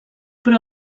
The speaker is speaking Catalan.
però